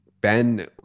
Ben